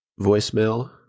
voicemail